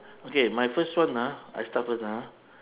okay my first one ah I start first ah